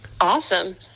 Awesome